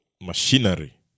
machinery